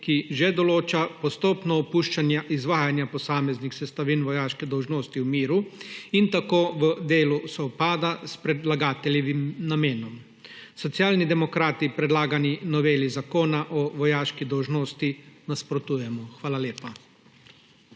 ki že določa postopno opuščanje izvajanja posameznih sestavin vojaške dolžnosti v miru in tako v delu sovpada s predlagateljevim namenom. Socialni demokrati predlagani noveli Zakona o vojaški dolžnosti nasprotujemo. Hvala lepa.